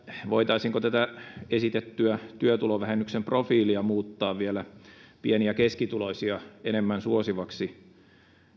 voitaisiinko tätä esitettyä työtulovähennyksen profiilia muuttaa vielä enemmän pieni ja keskituloisia suosivaksi